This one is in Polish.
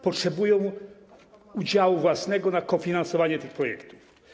Potrzebują udziału własnego na kofinansowanie tych projektów.